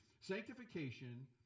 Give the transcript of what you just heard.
Sanctification